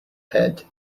head